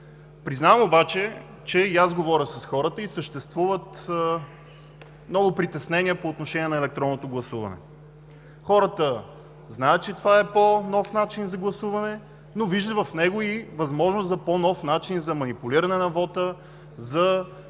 Признавам обаче, защото и аз говоря с хората, че съществуват много притеснения по отношение на електронното гласуване. Хората знаят, че това е по-нов начин за гласуване, но виждат в него и възможност за по-нов начин за манипулиране на вота и коварни